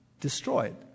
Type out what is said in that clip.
destroyed